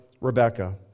Rebecca